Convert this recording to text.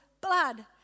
blood